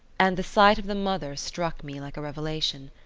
and the sight of the mother struck me like a revelation.